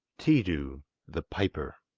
tiidu the piper